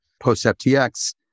post-FTX